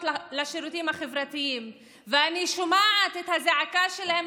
לשירותים החברתיים ואני שומעת את הזעקה שלהם,